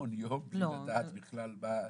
למעון יום בלי לדעת בכלל מה.